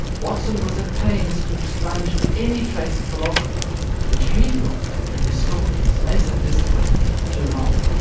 watson was at pains to expunge any trace of philosophy which he thought had distorted his nascent discipline for too long.